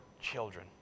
children